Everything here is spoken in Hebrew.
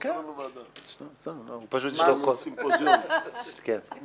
זה מס